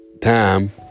time